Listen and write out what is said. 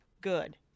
good